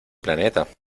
planeta